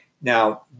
Now